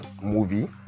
movie